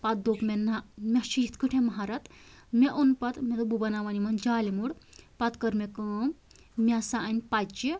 پَتہٕ دوٚپ مےٚ نَہ مےٚ چھِ یِتھ کٲٹھۍ ماہرت مےٚ اوٚن پَتہٕ مےٚ دوٚپ بہٕ بَناو وۄنۍ یِمَن جالہِ موٚر پَتہٕ کٔر مےٚ کٲم مےٚ ہسا اَنہِ پَچہِ